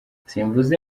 simvuze